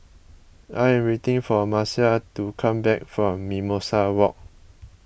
I am waiting for Marcia to come back from Mimosa Walk